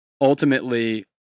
ultimately